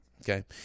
okay